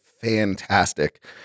fantastic